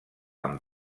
amb